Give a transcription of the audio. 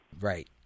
Right